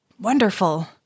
wonderful